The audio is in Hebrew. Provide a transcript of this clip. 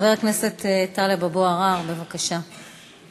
חבר הכנסת טלב אבו עראר, בבקשה.